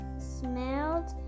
smelled